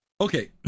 Okay